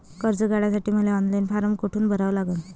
कर्ज काढासाठी मले ऑनलाईन फारम कोठून भरावा लागन?